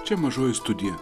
čia mažoji studija